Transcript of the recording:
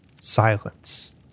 silence